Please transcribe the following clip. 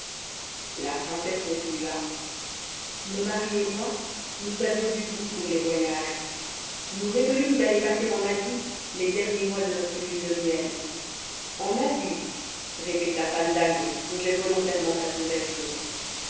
la princesse continua mon mari et moi nous avions du goût pour les voyages nous résolûmes d'aller passer en asie les derniers mois de notre lune de miel en asie répéta fandango qui songeait volontairement à son berceau